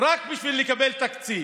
רק בשביל לקבל תקציב.